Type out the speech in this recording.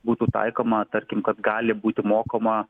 būtų taikoma tarkim kad gali būti mokoma